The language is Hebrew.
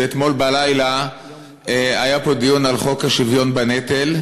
אתמול בלילה היה פה דיון על חוק השוויון בנטל.